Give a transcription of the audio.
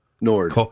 Nord